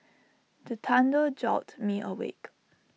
the thunder jolt me awake